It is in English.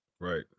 Right